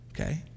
Okay